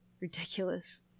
ridiculous